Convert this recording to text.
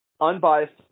Unbiased